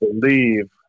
believe